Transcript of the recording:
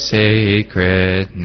sacred